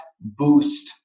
boost